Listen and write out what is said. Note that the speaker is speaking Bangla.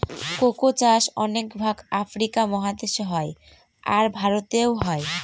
কোকো চাষ অনেক ভাগ আফ্রিকা মহাদেশে হয়, আর ভারতেও হয়